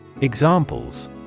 Examples